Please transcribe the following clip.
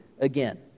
Again